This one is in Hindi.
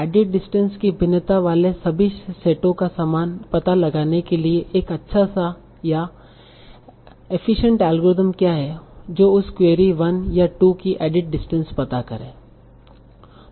एडिट डिस्टेंस की भिन्नता वाले सभी सेटों का पता लगाने के लिए एक अच्छा या एफिसियंट एल्गोरिथ्म क्या है जो उस क्वेरी 1 या 2 की एडिट डिस्टेंस पता करें